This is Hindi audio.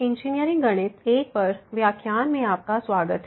इंजीनियरिंग गणित 1 पर व्याख्यान में आपका स्वागत है